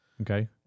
Okay